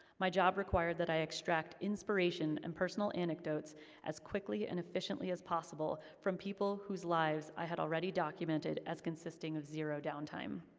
my job required that i extract inspiration and personal anecdotes as quickly and efficiently as possible, from people whose lives i had already documented as consisting of zero downtime.